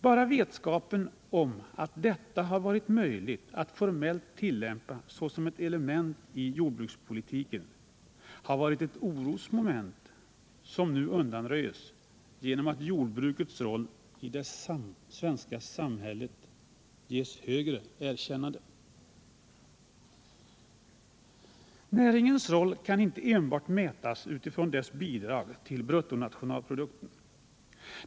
Bara vetskapen om att det varit möjligt att formellt tillämpa prispressen som ett medel i jordbrukspolitiken har varit ett orosmoment, som nu emellertid undanröjs genom att jordbrukets roll i det svenska samhället vinner erkännande. Näringens roll kan inte enbart mätas med hänsyn till dess bidrag till bruttonationalprodukten.